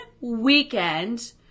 weekend